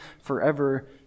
forever